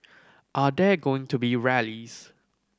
are there going to be rallies